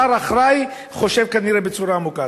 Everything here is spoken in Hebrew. שר אחראי חושב כנראה בצורה עמוקה.